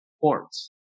ports